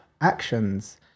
actions